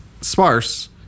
sparse